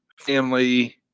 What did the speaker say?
family